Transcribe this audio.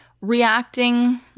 reacting